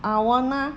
awana